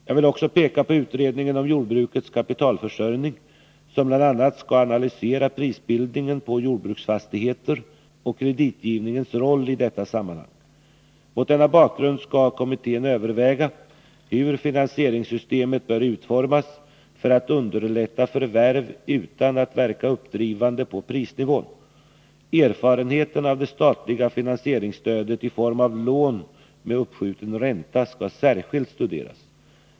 Jag vill också peka på utredningen om jordbrukets kapitalförsörjning, vilken bl.a. skall analysera prisbildningen på jordbruksfastigheter och kreditgivningens roll i detta sammanhang. Mot denna bakgrund skall kommittén överväga hur finansieringssystemet bör utformas för att underlätta förvärv utan att verka uppdrivande på prisnivån. Erfarenheterna av det statliga finansieringsstödet i form av lån med uppskjuten ränta skall särskilt studeras.